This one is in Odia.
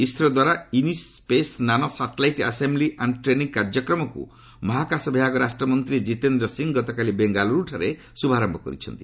ଇସ୍ରୋ ଦ୍ୱାରା unispace nano satellite assembly and training କାର୍ଯ୍ୟକ୍ରମକୁ ମହାକାଶ ବିଭାଗ ରାଷ୍ଟ୍ରମନ୍ତ୍ରୀ କିତେନ୍ଦ୍ର ସିଂହ ଗତକାଲି ବେଙ୍ଗାଲୁରୁଠାରେ ଶୁଭାରମ୍ଭ କରିଛନ୍ତି